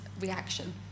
reaction